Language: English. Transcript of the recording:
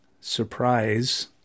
surprise